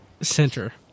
center